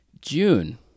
June